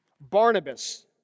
Barnabas